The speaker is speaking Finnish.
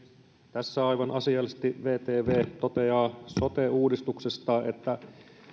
tässä aivan asiallisesti vtv toteaa sote uudistuksesta että